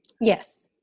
Yes